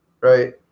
right